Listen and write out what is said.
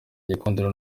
gikundiro